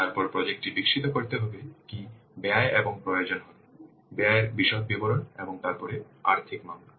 তারপরে প্রজেক্ট টি বিকশিত করতে কী ব্যয় এর প্রয়োজন হবে ব্যয়ের বিশদ বিবরণ এবং তারপরে আর্থিক মামলা